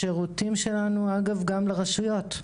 השירותים שלנו הם גם לרשויות.